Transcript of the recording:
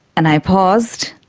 and i paused,